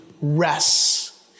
rests